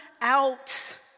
out